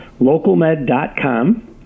localmed.com